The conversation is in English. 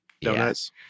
Donuts